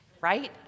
right